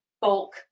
bulk